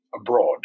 abroad